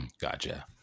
Gotcha